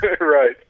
Right